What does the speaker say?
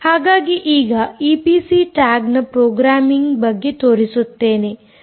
ಹಾಗಾಗಿ ಈಗ EPC tag ನ ಪ್ರೋಗ್ರಾಮ್ಮಿಂಗ್ ಬಗ್ಗೆ ತೋರಿಸುತ್ತೇನೆ